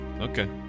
Okay